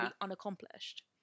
unaccomplished